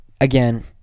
again –